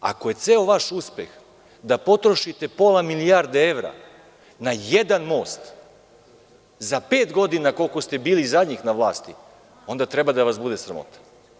Ako je ceo vaš uspeh da potrošite pola milijarde evra na jedan most za pet godina koliko ste bili na vlasti, onda treba da vas bude sramota.